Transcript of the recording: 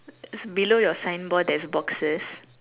below your signboard there's boxes